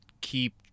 keep